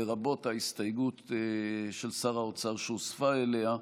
לרבות ההסתייגות של שר האוצר שהוספה אליה,